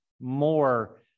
more